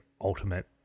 ultimate